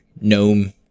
gnome